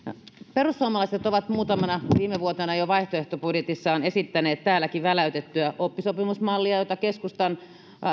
perussuomalaiset ovat muutamana viime vuotena jo vaihtoehtobudjeteissaan esittäneet täälläkin väläytettyä oppisopimusmallia jota keskustan